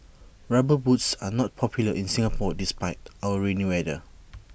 rubber boots are not popular in Singapore despite our rainy weather